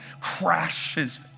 crashes